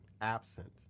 absent